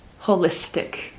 holistic